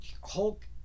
Hulk